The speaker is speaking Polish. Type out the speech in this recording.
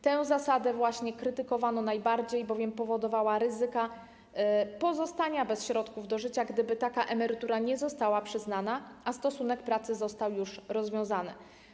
Tę zasadę właśnie krytykowano najbardziej, bowiem powodowała ryzyka pozostania bez środków do życia, gdyby taka emerytura nie została przyznana, a stosunek pracy został już rozwiązany.